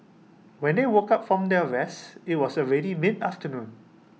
when they woke up from their rest IT was already mid afternoon